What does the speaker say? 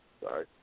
Sorry